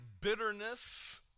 bitterness